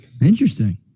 Interesting